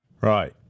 Right